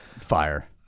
fire